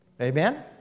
Amen